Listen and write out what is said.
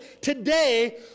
today